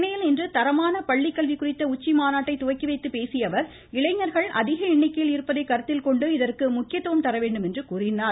சென்னையில் இன்று தரமான பள்ளிகல்வி குறித்த உச்சி மாநாட்டை துவக்கிவைத்து பேசிய அவர் இளைஞர்கள் அதிக எண்ணிக்கையில் இருப்பதை கருத்தில் கொண்டு இதற்கு முக்கியத்துவம் தர வேண்டும் என்று கூறினார்